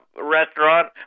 restaurant